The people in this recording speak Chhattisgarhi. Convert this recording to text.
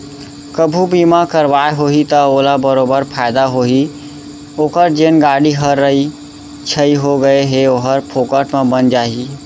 कभू बीमा करवाए होही त ओला बरोबर फायदा होही ओकर जेन गाड़ी ह राइ छाई हो गए हे ओहर फोकट म बन जाही